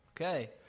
Okay